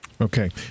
Okay